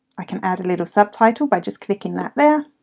i can add a little subtitle by just clicking that. there